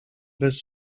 bez